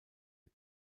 the